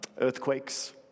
earthquakes